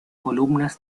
columnas